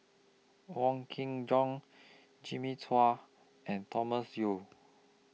Wong Kin Jong Jimmy Chua and Thomas Yeo